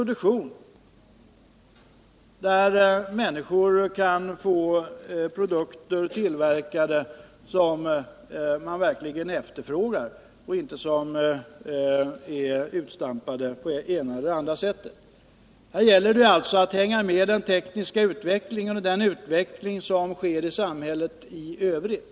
Det gäller att få fram produkter som människor verkligen efterfrågar och inte sådana som är utstampade på olika sätt. Här gäller det alltså att hänga med i den tekniska utvecklingen och i den utveckling som sker i samhället i övrigt.